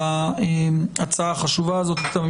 על ההצעה החשובה הזאת.